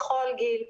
בכל גיל,